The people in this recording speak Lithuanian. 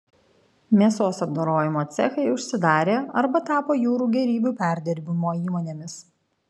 mėsos apdorojimo cechai užsidarė arba tapo jūrų gėrybių perdirbimo įmonėmis